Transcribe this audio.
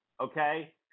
Okay